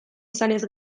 izanez